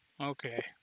Okay